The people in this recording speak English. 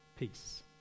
peace